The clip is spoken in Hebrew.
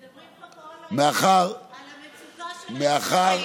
מדברים פה כל היום על המצוקה של האזרחים,